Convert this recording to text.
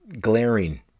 glaring